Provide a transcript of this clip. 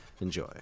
Enjoy